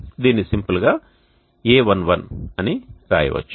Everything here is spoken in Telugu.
దీనిని సింపుల్ గా a11 అని వ్రాయవచ్చు